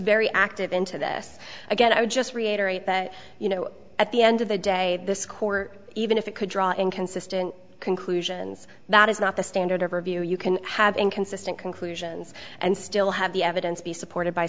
very active into this again i would just reiterate that you know at the end of the day this court even if it could draw inconsistent conclusions that is not the standard of review you can have inconsistent conclusions and still have the evidence be supported by